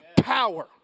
power